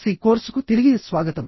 C కోర్సుకు తిరిగి స్వాగతం